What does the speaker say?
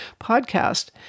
podcast